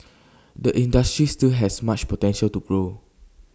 the industry still has much potential to grow